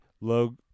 Log